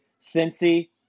Cincy